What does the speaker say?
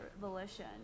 volition